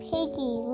Piggy